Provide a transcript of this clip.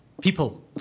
People